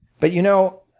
but you know,